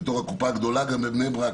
גם בתור הקופה הגדולה בבני ברק,